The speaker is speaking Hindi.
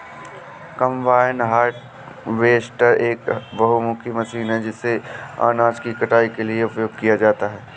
कंबाइन हार्वेस्टर एक बहुमुखी मशीन है जिसे अनाज की कटाई के लिए उपयोग किया जाता है